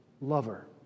lover